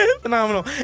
Phenomenal